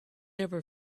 never